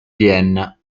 vienna